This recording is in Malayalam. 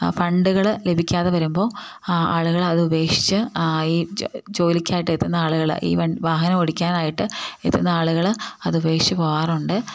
ഫണ്ടുകൾ ലഭിക്കാതെ വരുമ്പോൾ ആളുകൾ അത് ഉപേക്ഷിച്ചു ആ ഈ ജോലിക്കായിട്ട് എത്തുന്ന ആളുകൾ ഈ വാഹനം ഓടിക്കാനായിട്ട് എത്തുന്ന ആളുകൾ അത് ഉപേക്ഷിച്ചു പോവാറുണ്ട്